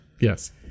Yes